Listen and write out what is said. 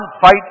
fight